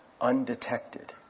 undetected